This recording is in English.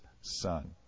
Son